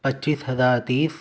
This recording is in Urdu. پچیس ہزار تیس